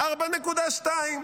4.2,